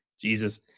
Jesus